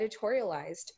editorialized